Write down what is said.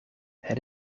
het